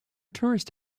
tourist